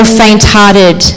faint-hearted